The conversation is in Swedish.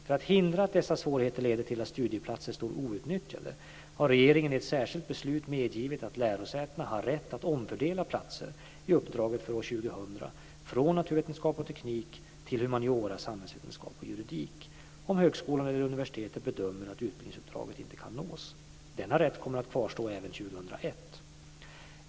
För att hindra att dessa svårigheter leder till att studieplatser står outnyttjade har regeringen i ett särskilt beslut medgivit att lärosätena har rätt att omfördela platser i uppdraget för år 2000 från naturvetenskap och teknik till humaniora, samhällsvetenskap och juridik, om högskolan eller universitetet bedömer att utbildningsuppdraget inte kan nås. Denna rätt kommer att kvarstå även 2001.